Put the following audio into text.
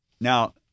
Now